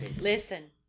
Listen